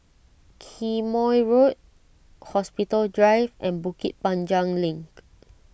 Quemoy Road Hospital Drive and Bukit Panjang Link